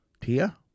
Tia